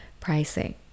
pricing